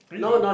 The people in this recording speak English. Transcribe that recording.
only